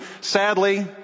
sadly